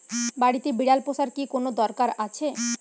বাড়িতে বিড়াল পোষার কি কোন দরকার আছে?